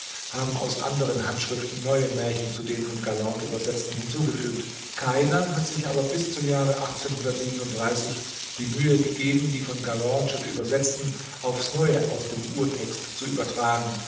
haben aus anderen handschriften neue märchen zu den von galland übersetzten hinzugefügt keiner hat sich aber bis zum jahre die mühe gegeben die von galland schon übersetzten aufs neue aus dem urtext zu übertragen